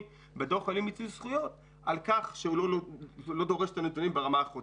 בדוח על אי-מיצוי זכויות על כך שהוא לא דורש את הנתונים ברמה החודשית.